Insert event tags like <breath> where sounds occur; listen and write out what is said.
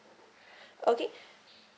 <breath> okay